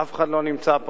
כשאף אחד לא נמצא פה.